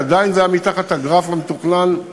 שעדיין זה היה מתחת לגרף המתוכנן,